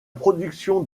production